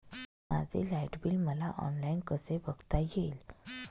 माझे light bill मला online कसे बघता येईल?